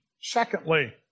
Secondly